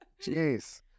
Jeez